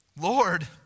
Lord